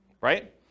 Right